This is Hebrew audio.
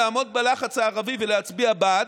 לעמוד בלחץ הערבי ולהצביע בעד,